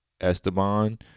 Esteban